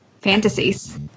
Fantasies